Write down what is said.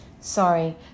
Sorry